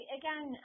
again